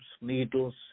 needles